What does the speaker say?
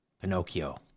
pinocchio